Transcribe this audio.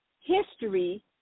history